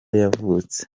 yavutse